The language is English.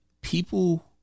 people